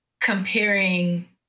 comparing